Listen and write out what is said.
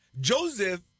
Joseph